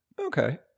Okay